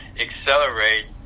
accelerate